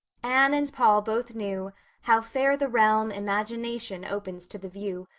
anne and paul both knew how fair the realm imagination opens to the view,